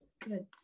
good